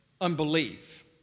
unbelief